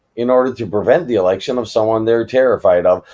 in order to prevent the election of someone they're terrified of,